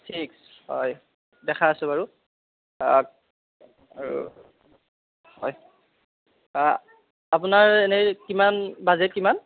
six হয় দেখাই আছোঁ বাৰু আৰু হয় আপোনাৰ এনেই কিমান বাজেট কিমান